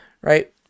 right